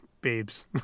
babes